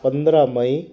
पंद्रह मई